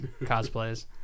cosplays